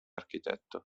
architetto